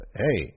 hey